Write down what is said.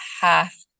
half